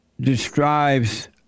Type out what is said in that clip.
describes